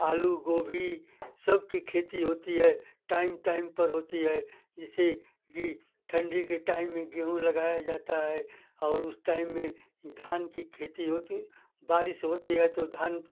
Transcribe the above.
आलू गोभी सबकी खेती होती है टाइम टाइम पर होती है जैसे ये ठंडी के टाइम में गेहूँ लगाया जाता है और उस टाइम में धान की खेती होती है बारिश होती है तो धान